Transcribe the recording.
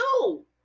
No